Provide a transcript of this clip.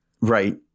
right